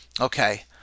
Okay